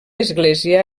església